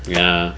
ya